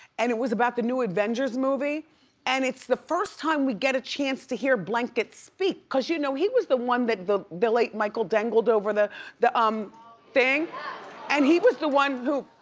and it was about the new avenger's movie and it's the first time we get a chance to hear blanket speak cause you know, he was the one that the the late michael dangled over the the um thing and he was the one who,